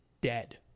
dead